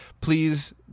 please